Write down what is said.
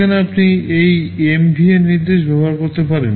সেখানে আপনি এই এমভিএন নির্দেশ ব্যবহার করতে পারেন